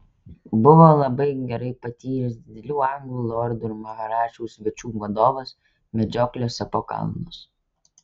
buvo labai gerai patyręs didelių anglų lordų ir maharadžų svečių vadovas medžioklėse po kalnus